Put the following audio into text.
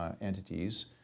entities